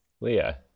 leah